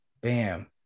Bam